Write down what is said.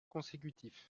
consécutif